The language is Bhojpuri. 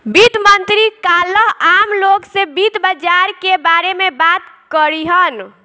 वित्त मंत्री काल्ह आम लोग से वित्त बाजार के बारे में बात करिहन